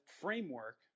framework